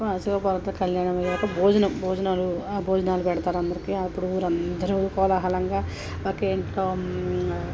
శివపార్వతుల కళ్యాణం అయ్యాక భోజనం భోజనాలు భోజనాలు పెడతారు అందరికీ అప్పుడు ఊరందరూ కోలాహలంగా ఒకే ఇంట్లో